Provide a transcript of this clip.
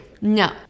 No